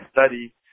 study